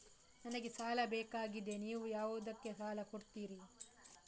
ನನಗೆ ಸಾಲ ಬೇಕಾಗಿದೆ, ನೀವು ಯಾವುದಕ್ಕೆ ಸಾಲ ಕೊಡ್ತೀರಿ?